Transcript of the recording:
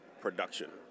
production